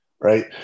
right